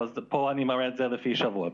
אבל פה אני מראה את זה לפי שבועות,